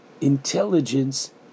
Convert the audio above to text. intelligence